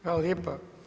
Hvala lijepa.